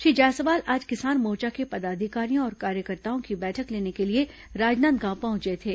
श्री जायसवाल आज किसान मोर्चा के पदाधिकारियों और कार्यकर्ताओं की बैठक लेने के लिए राजनांदगांव पहुंचे थे